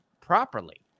properly